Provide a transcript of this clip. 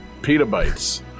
Petabytes